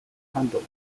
handled